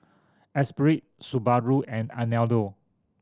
Esprit Subaru and Anello